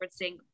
referencing